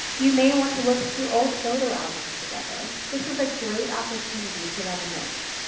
you may want to look through old photo albums together. this is a great opportunity to reminisce.